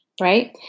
right